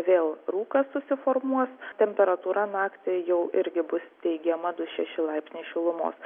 vėl rūkas susiformuos temperatūra naktį jau irgi bus teigiama du šeši laipsniai šilumos